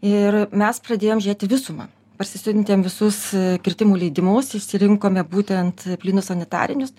ir mes pradėjome žiūrėt į visumą parsisiuntėm visus kirtimų leidimus išsirinkome būtent plynus sanitarinius